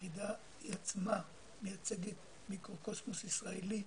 היחידה בעצמה מייצגת מיקרו-קוסמוס ישראלי.